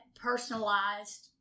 personalized